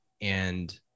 and-